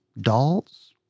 Dolls